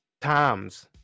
Times